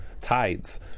Tides